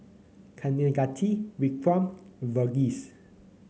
Kaneganti Vikram and Verghese